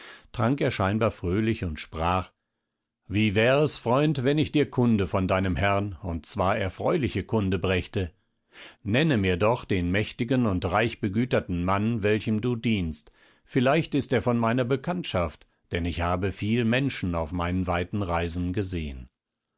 trank er scheinbar fröhlich und sprach wie wär es freund wenn ich dir kunde von deinem herrn und zwar erfreuliche kunde brächte nenne mir doch den mächtigen und reich begüterten mann welchem du dienst vielleicht ist er von meiner bekanntschaft denn ich habe viel menschen auf meinen weiten reisen gesehen